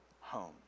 home